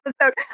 episode